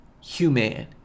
human